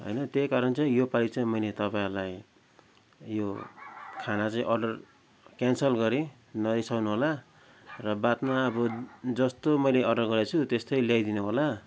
होइन त्यही कारण चाहिँ यो पाली चाहिँ मैले तपाईँहरूलाई यो खाना चाहिँ अर्डर क्यानसल गरेँ नरिसाउनु होला र बादमा अब जस्तो मैले अर्डर गरेको छु त्यस्तै ल्याइदिनु होला